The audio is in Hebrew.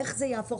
איך זה יבטל?